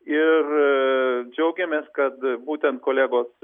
ir džiaugiamės kad būtent kolegos